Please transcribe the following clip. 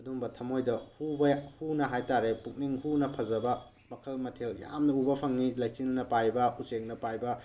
ꯑꯗꯨꯝꯕ ꯊꯥꯃꯣꯏꯗ ꯍꯨꯅ ꯍꯥꯏꯇꯥꯔꯦ ꯄꯨꯛꯅꯤꯡ ꯍꯨꯅ ꯐꯖꯕ ꯃꯈꯜ ꯃꯊꯦꯜ ꯌꯥꯝꯅ ꯎꯕ ꯐꯪꯏ ꯂꯩꯆꯤꯜꯅ ꯄꯥꯏꯕ ꯎꯆꯦꯛꯅ ꯄꯥꯏꯕ